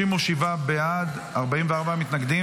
37 בעד, 44 נגד.